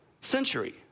century